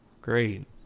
great